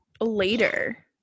Later